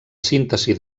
síntesi